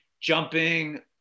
jumping